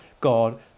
God